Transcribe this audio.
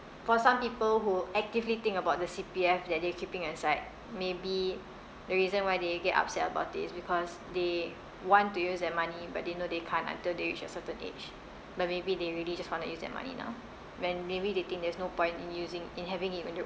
for some people who actively think about the C_P_F that they're keeping inside maybe the reason why they get upset about it is because they want to use their money but they know they can't until they reach a certain age but maybe they really just want to use that money now when maybe they think there's no point in using in having it when they're